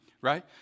right